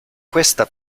questa